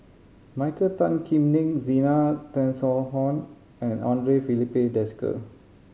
Michael Tan Kim Nei Zena Tessensohn and Andre Filipe Desker